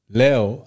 leo